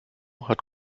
hat